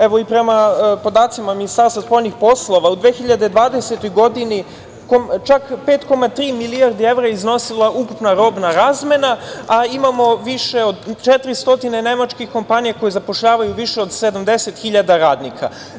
Evo i prema podacima Ministarstva spoljnih poslova u 2020. godini, čak 5,3 milijardi evra je iznosila ukupna robna razmena, a imamo više od 400 nemačkih kompanija koje zapošljavaju više od 70.000 radnika.